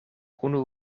unu